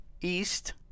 east